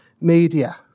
media